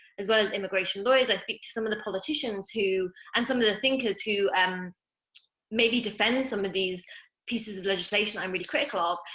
as well as immigration lawyers i speak to some of the politicians who, and some of the thinkers who, and maybe defend some of these pieces of legislation that i'm really critical ah of.